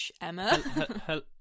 Emma